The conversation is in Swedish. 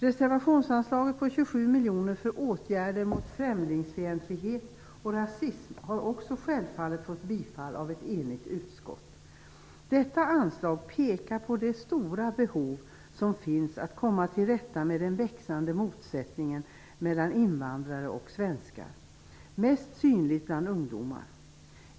Reservationsanslaget på 27 miljoner för åtgärder mot främlingsfientlighet och rasism har också självfallet fått bifall av ett enigt utskott. Detta anslag pekar på det stora behovet att komma till rätta med den växande motsättningen mellan invandrare och svenskar, mest synlig bland ungdomar.